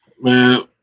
Man